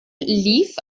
lief